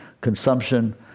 consumption